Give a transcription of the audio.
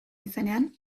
izenean